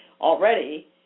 already